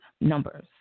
numbers